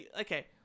okay